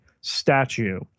statue